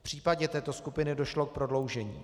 V případě této skupiny došlo k prodloužení.